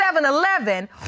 7-Eleven